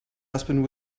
husband